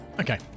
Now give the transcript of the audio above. Okay